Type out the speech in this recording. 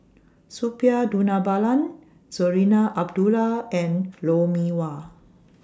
Suppiah Dhanabalan Zarinah Abdullah and Lou Mee Wah